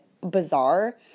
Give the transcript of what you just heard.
bizarre